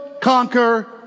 conquer